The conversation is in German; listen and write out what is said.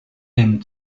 dem